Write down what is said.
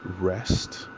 rest